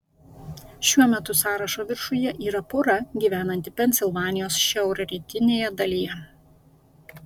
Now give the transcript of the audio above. šiuo metu sąrašo viršuje yra pora gyvenanti pensilvanijos šiaurrytinėje dalyje